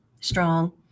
strong